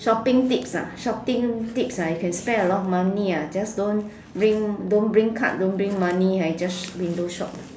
shopping tips ah shopping tips ah you can spend a lot of money I just don't bring card don't bring money I just window shop